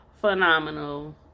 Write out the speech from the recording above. phenomenal